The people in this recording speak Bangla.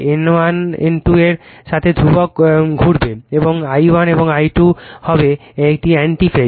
N1 N2 এর সাথে ধ্রুবক ঘুরবে এবং I1 এবং I2 হবে একটি অ্যান্টি ফেজ